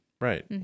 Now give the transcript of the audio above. Right